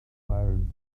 iron